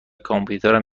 کامپیوترم